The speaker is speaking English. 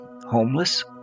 homeless